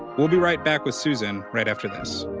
we'll be right back with susan right after this.